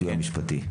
הסיוע המשפטי.